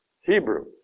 Hebrew